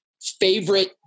favorite